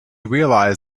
realized